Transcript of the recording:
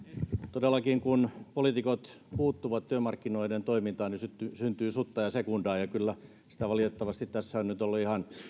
todellakin kun poliitikot puuttuvat työmarkkinoiden toimintaan syntyy sutta ja sekundaa ja kyllä sitä valitettavasti tässä on nyt ollut ihan